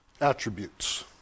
attributes